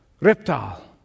reptile